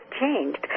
changed